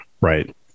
right